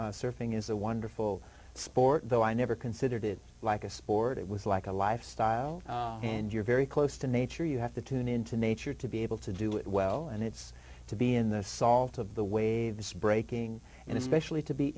surfing is a wonderful sport though i never considered it like a sport it was like a lifestyle and you're very close to nature you have to tune into nature to be able to do it well and it's to be in the salt of the way this breaking and especially to be